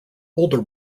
older